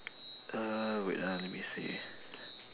uh wait ah let me see